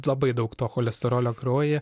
labai daug to cholesterolio kraujyje